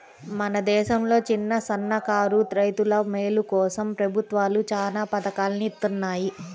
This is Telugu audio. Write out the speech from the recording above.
మన దేశంలో చిన్నసన్నకారు రైతుల మేలు కోసం ప్రభుత్వాలు చానా పథకాల్ని ఇత్తన్నాయి